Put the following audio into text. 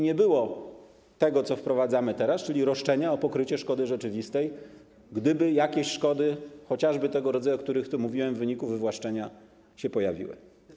Nie było tego, co wprowadzamy teraz, czyli roszczenia o pokrycie szkody rzeczywistej, gdyby jakieś szkody, chociażby tego rodzaju, o którym tu mówiłem, w wyniku wywłaszczenia się pojawiły.